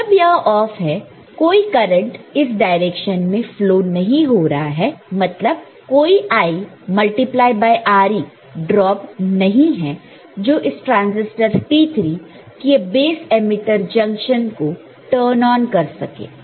तो जब यह ऑफ है कोई करंट इस डायरेक्शन में फ्लो नहीं हो रहा है मतलब कोई I multiply by Re drop नहीं है जो इस ट्रांसिस्टर T3 के बेस एमिटर जंक्शन को टर्न ऑन कर सके